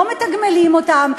לא מתגמלים אותן.